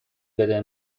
بده